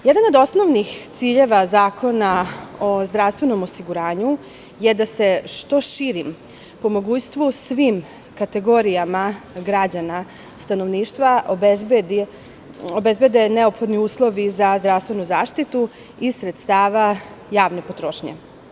Jedan od osnovnih ciljeva Zakona o zdravstvenom osiguranju je da se što širim, po mogućstvu svim kategorijama građana, stanovništva, obezbede neophodni uslovi za zdravstvenu zaštitu iz sredstava javnepotrošnje.